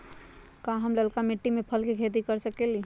का हम लालका मिट्टी में फल के खेती कर सकेली?